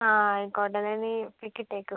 ആ ആയിക്കോട്ടെ എന്തായാലും നീ പിക് ഇട്ടേക്ക്